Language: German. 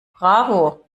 bravo